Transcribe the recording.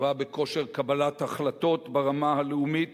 תשובה בכושר קבלת החלטות, ברמה הלאומית,